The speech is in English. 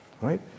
Right